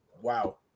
Wow